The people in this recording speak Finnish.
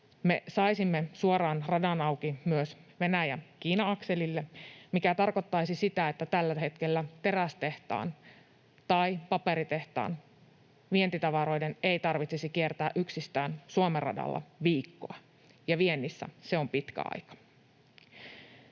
Me saisimme suoraan radan auki myös Venäjä—Kiina-akselille, mikä tarkoittaisi sitä, että tällä hetkellä terästehtaan tai paperitehtaan vientitavaroiden ei tarvitsisi kiertää yksistään Suomen radalla viikkoa, ja viennissä se on pitkä aika.